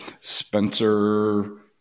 Spencer